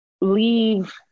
leave